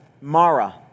Mara